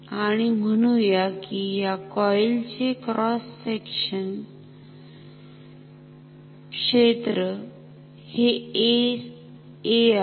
आणि म्हणुया कि या कॉईल चे क्रॉस सेकशन क्षेत्र हे A आहे